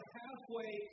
halfway